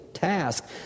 task